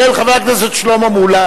של חבר הכנסת שלמה מולה,